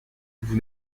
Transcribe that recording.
vous